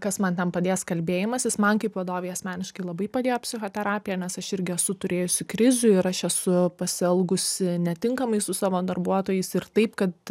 kas man ten padės kalbėjimasis man kaip vadovei asmeniškai labai padėjo psichoterapija nes aš irgi esu turėjusi krizių ir aš esu pasielgusi netinkamai su savo darbuotojais ir taip kad